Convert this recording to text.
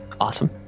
Awesome